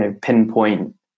pinpoint